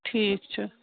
ٹھیٖک چھُ